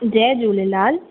Jay Jhulelal